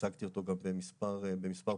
הצגתי אותו גם במספר פעמים.